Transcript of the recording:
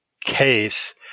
case